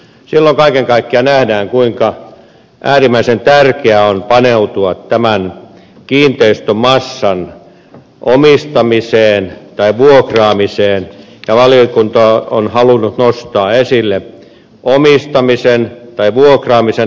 silloin kaiken kaikkiaan nähdään kuinka äärimmäisen tärkeää on paneutua tämän kiinteistömassan omistamiseen tai vuokraamiseen ja valiokunta on halunnut nostaa esille omistamisen tai vuokraamisen näkökulman